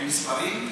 עם מספרים,